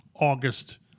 August